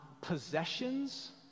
possessions